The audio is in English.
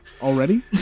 already